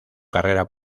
carrera